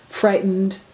frightened